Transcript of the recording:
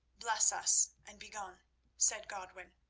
bless us, and begone, said godwin.